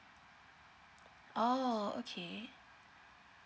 oh okay